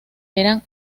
eran